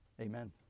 Amen